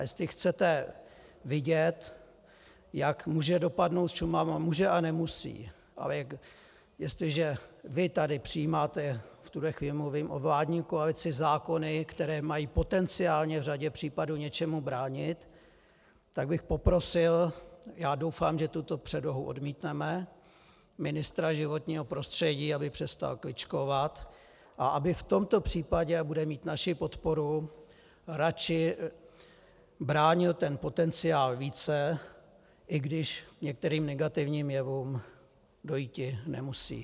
Jestli chcete vidět, jak může dopadnout Šumava, může, ale nemusí ale jestliže vy tady přijímáte, v tuhle chvíli mluvím o vládní koalici, zákony, které mají potenciálně v řadě případů něčemu bránit, tak bych poprosil, já doufám, že tuto předlohu odmítneme, ministra životního prostředí, aby přestal kličkovat a aby v tomto případě, a bude mít naši podporu, radši bránil ten potenciál více, i když k některým negativním jevům dojíti nemusí.